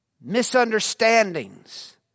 misunderstandings